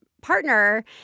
partner